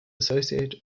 associate